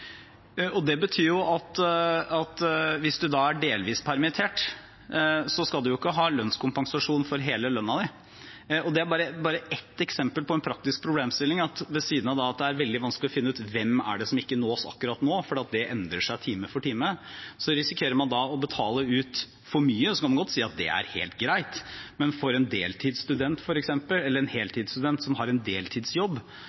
Det betyr at hvis man er delvis permittert, skal man ikke ha lønnskompensasjon for hele lønnen. Det er bare ett eksempel på en praktisk problemstilling. Ved siden av at det er veldig vanskelig å finne ut hvem som ikke nås akkurat nå, for det endrer seg time for time, så risikerer man å betale ut for mye. Man kan godt si at det er helt greit, men for en heltidsstudent med en deltidsjobb, som plutselig får 20 000 kr på konto og tre uker etterpå får en